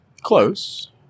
close